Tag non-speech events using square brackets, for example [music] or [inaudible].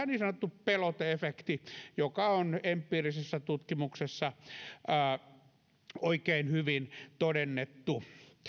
[unintelligible] niin sanottu pelote efekti joka on empiirisessä tutkimuksessa oikein hyvin todennettu